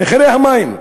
מחירי המים.